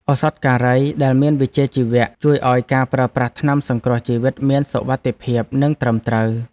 ឱសថការីដែលមានវិជ្ជាជីវៈជួយឱ្យការប្រើប្រាស់ថ្នាំសង្គ្រោះជីវិតមានសុវត្ថិភាពនិងត្រឹមត្រូវ។